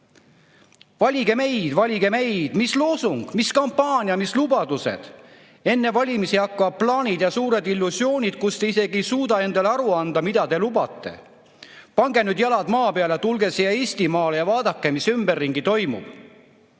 Valige meid! Valige meid! Mis loosung, mis kampaania, mis lubadused? Enne valimisi hakkavad plaanid ja suured illusioonid, kus te isegi ei suuda endale aru anda, mida te lubate. Pange nüüd jalad maa peale, tulge siia Eestimaale ja vaadake, mis ümberringi toimub!